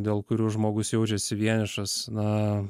dėl kurių žmogus jaučiasi vienišas na